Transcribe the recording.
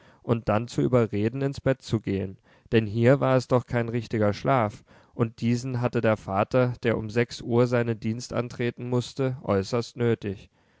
und dann zu überreden ins bett zu gehen denn hier war es doch kein richtiger schlaf und diesen hatte der vater der um sechs uhr seinen dienst antreten mußte äußerst nötig